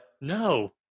no